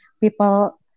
people